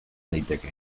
daiteke